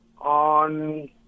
on